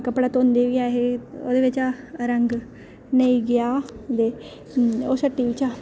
कपड़ा धोंदे बी ऐहे ओह्दे बिच्चा रंग नेईं गेआ ते ओह् हट्टी चा